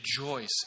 rejoice